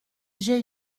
j’ai